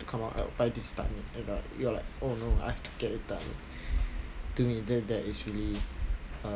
come out by this time you're like oh no I forget the time to me that's really uh